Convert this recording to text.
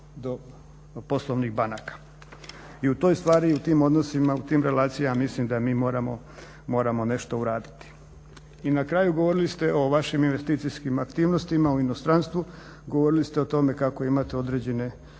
I u toj stvari i u tim odnosima, u tim relacijama ja mislim da mi moramo nešto uraditi. I na kraju govorili ste o vašim investicijskim aktivnostima u inostranstvu, govorili ste o tome kako imate određene